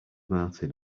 martin